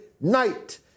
night